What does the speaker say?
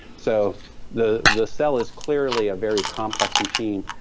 so the the cell is clearly a very complex machine,